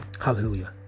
Hallelujah